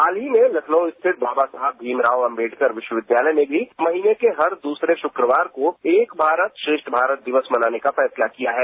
हाल ही में लखनऊ स्थित बाबा साहेब भीमराव अम्बेडकर विश्वविद्यालय में भी महीने के हर दूसरे शुक्रवार को एक भारत श्रेप्ठ भारत दिवस मनाने का फैसला किया है